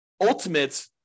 ultimate